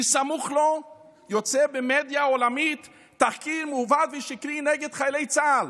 בסמוך לו יוצא במדיה העולמית תחקיר מעוות ושקרי נגד חיילי צה"ל